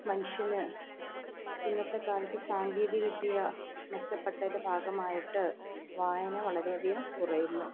മനുഷ്യന് ഇന്നത്തെ കാലത്ത് സാങ്കേതിക വിദ്യ മെച്ചപ്പെട്ടതിൻ്റെ ഭാഗമായിട്ട് വായന വളരെ അധികം കുറയുന്നു